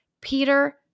Peter